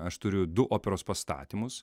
aš turiu du operos pastatymus